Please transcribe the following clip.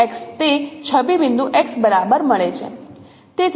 તેથી તમને PX તે છબી બિંદુ x બરાબર મળે છે